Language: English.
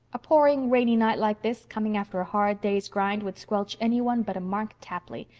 a pouring rainy night like this, coming after a hard day's grind, would squelch any one but a mark tapley.